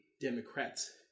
Democrats